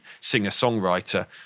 singer-songwriter